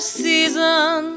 season